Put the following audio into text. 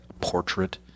portrait